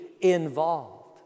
involved